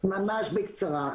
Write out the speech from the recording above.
ממש בקצרה.